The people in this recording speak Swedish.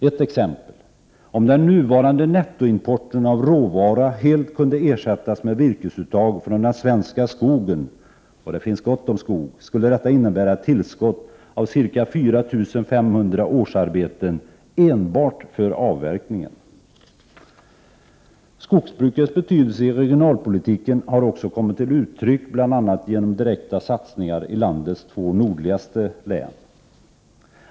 Ett exempel: Om den nuvarande nettoimporten av råvara helt kunde ersättas med virkesuttag från den svenska skogen — det finns gott om skog — skulle detta innebära ett tillskott av ca 4 500 årsarbeten enbart för avverkningen. Skogsbrukets betydelse i regionalpolitiken har också kommit till uttryck, bl.a. genom direkta satsningar i landets två nordligaste län.